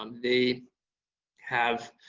um they have